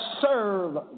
serve